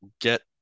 get